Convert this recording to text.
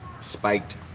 spiked